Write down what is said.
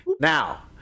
Now